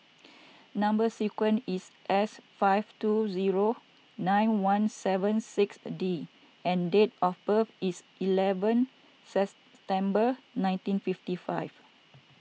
Number Sequence is S five two zero nine one seven six the D and date of birth is eleven September nineteen fifty five